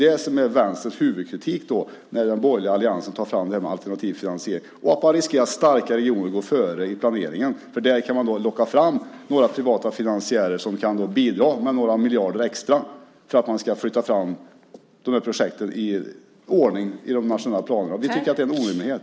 Det är Vänsterns huvudkritik när den borgerliga alliansen tar fram det här med alternativ finansiering. Man riskerar att starka regioner går före i planeringen för att de kan locka fram privata finansiärer som kan bidra med några miljarder extra för att dessa projekt ska flyttas fram i de nationella planerna. Vi tycker att det är en orimlighet.